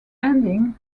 ending